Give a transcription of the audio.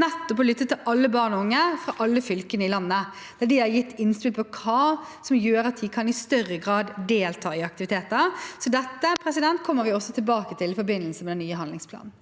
nettopp vært å lytte til barn og unge fra alle fylkene i landet, der de har gitt innspill om hvordan de i større grad kan delta i aktiviteter. Dette kommer vi også tilbake til i forbindelse med den nye handlingsplanen.